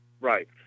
Right